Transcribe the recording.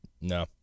No